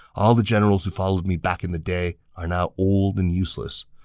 all the generals who followed me back in the day are now old and useless.